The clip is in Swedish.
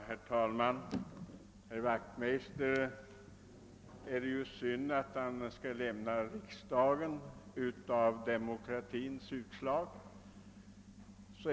Herr talman! Det är synd att herr Wachtmeister skall lämna riksdagen på grund av demokratins utslag.